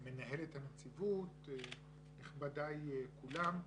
מנהלת הנציבות, נכבדיי כולם.